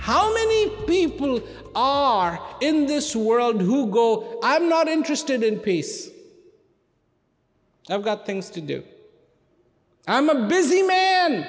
many people all are in this world who go i'm not interested in peace i've got things to do i'm a busy man